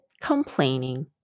complaining